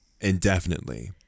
indefinitely